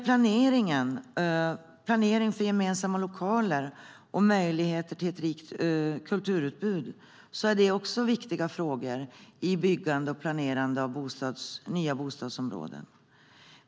Planering för gemensamma lokaler och möjlighet till ett rikt kulturutbud är också viktigt i byggande och planerande av nya bostadsområden.